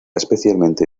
especialmente